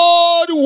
God